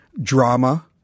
drama